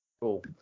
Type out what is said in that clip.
Cool